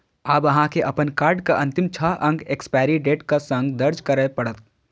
आब अहां के अपन कार्डक अंतिम छह अंक एक्सपायरी डेटक संग दर्ज करय पड़त